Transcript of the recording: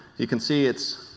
you can see it's